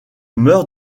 meurs